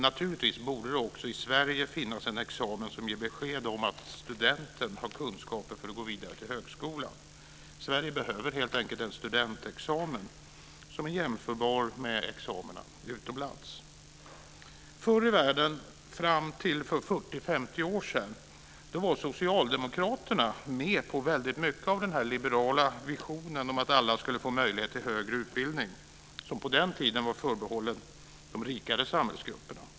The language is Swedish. Naturligtvis borde det också i Sverige finnas en examen som ger besked om att studenten har kunskaper för att gå vidare till högskolan. Sverige behöver helt enkelt en studentexamen som är jämförbar med examina utomlands. Förr i världen - fram till för 40-50 år sedan - var Socialdemokraterna med på mycket av den liberala visionen om att alla skulle få möjlighet till högre utbildning, något som på den tiden var förbehållet de rikare samhällsgrupperna.